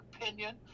opinion